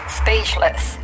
speechless